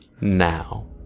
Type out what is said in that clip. now